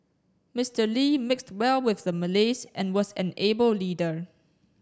Mister Lee mixed well with the Malays and was an able leader